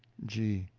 g.